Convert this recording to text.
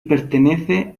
pertenece